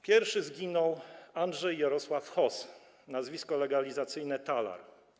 Pierwszy zginął Andrzej Jarosław Hoss, nazwisko legalizacyjne: Talar.